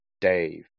Dave